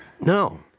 No